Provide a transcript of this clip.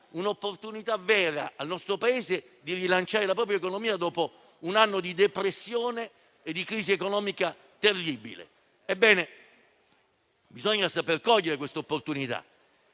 un'opportunità vera al nostro Paese di rilanciare la propria economia dopo un anno di depressione e di crisi economica terribile. Ebbene, bisogna saper cogliere quest'occasione.